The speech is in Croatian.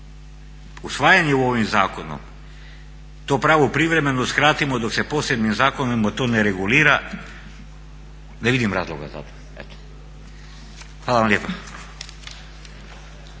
usvajanje ovim zakonom to pravo privremeno uskratimo dok se posebnim zakonom to ne regulira ne vidim razloga za to. Eto. Hvala vam lijepa.